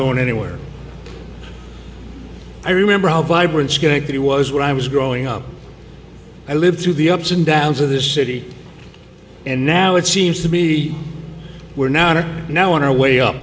going anywhere i remember how vibrant schenectady was when i was growing up i lived through the ups and downs of this city and now it seems to be we're now in it now on our way up